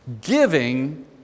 Giving